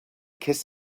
kiss